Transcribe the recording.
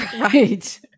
Right